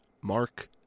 Mark